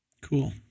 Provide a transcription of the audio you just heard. cool